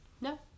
No